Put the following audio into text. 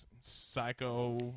psycho